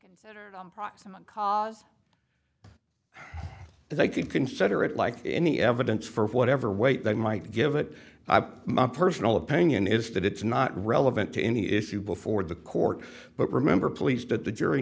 so proximate cause if i could consider it like any evidence for whatever weight they might give it my personal opinion is that it's not relevant to any issue before the court but remember pleased that the jury